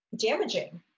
damaging